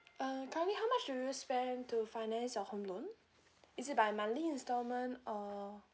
uh currently how much do you spend to finance your home loan is it by monthly instalment or